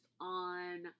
on